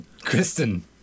Kristen